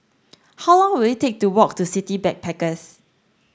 how long will it take to walk to City Backpackers